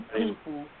people